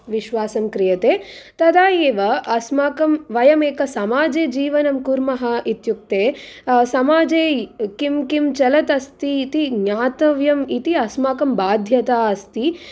विश्वासं क्रीयते तदा एव अस्माकं वयं एकसामाजे जीवनं कुर्मः इत्युक्ते समाजे किं किं चलत् अस्ति इति ज्ञातव्यम् इति अस्माकं बाध्यता अस्ति